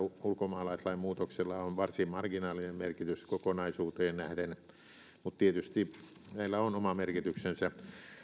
ulkomaalaislain muutoksella on varsin marginaalinen merkitys kokonaisuuteen nähden mutta tietysti näillä on oma merkityksensä